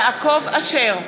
אשר,